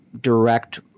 direct